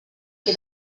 che